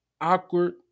awkward